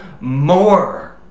more